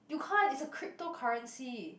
you can't it's a cryptocurrency